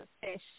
fish